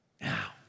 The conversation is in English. now